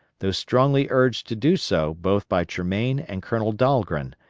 though strongly urged to do so both by tremaine and colonel dahlgren,